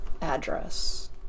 address